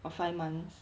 or five months